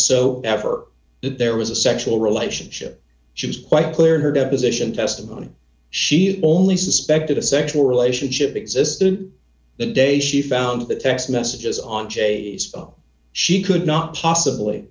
whatsoever that there was a sexual relationship she was quite clear in her deposition testimony she only suspected a sexual relationship existed the day she found the text messages on j'sbeil she could not possibly